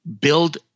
build